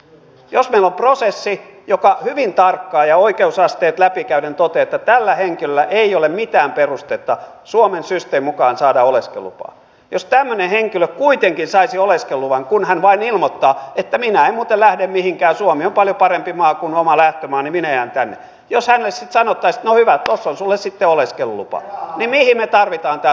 jos meillä on prosessi joka hyvin tarkkaan ja oikeusasteet läpi käyden toteaa että tällä henkilöllä ei ole mitään perustetta suomen systeemin mukaan saada oleskelulupaa ja jos tämmöinen henkilö kuitenkin saisi oleskeluluvan kun hän vain ilmoittaa että minä en muuten lähde mihinkään ja suomi on paljon parempi maa kuin oma lähtömaa ja minä jään tänne ja jos hänelle sitten sanottaisiin että no hyvä tuossa on sinulle sitten oleskelulupa niin mihin me tarvitsemme tätä turvapaikkaprosessia